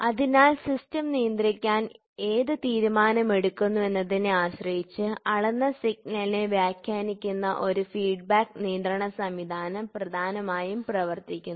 അതിനാൽ സിസ്റ്റം നിയന്ത്രിക്കാൻ ഏത് തീരുമാനമെടുക്കുന്നു എന്നതിനെ ആശ്രയിച്ച് അളന്ന സിഗ്നലിനെ വ്യാഖ്യാനിക്കുന്ന ഒരു ഫീഡ്ബാക്ക് നിയന്ത്രണ സംവിധാനം പ്രധാനമായും പ്രവർത്തിക്കുന്നു